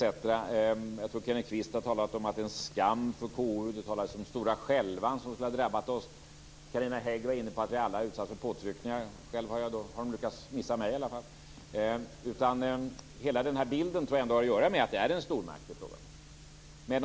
Jag tror också att Kenneth Kvist har talat om att det är en skam för KU, och det har talats om stora skälvan som skulle ha drabbat oss. Carina Hägg var inne på att vi alla är utsatta för påtryckningar. I så fall har de lyckats missa mig i alla fall. Jag tror att hela den här bilden har att göra med att det är en stormakt som det är fråga om.